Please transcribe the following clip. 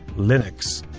linux.